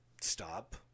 Stop